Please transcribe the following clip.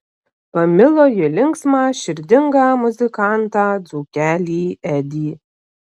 pamilo ji linksmą širdingą muzikantą dzūkelį edį